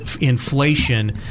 inflation